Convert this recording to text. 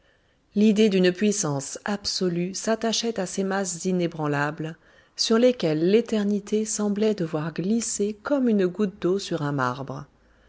l'idée d'une puissance absolue s'attachait à ces masses inébranlables sur lesquelles l'éternité semblait devoir glisser comme une goutte d'eau sur un marbre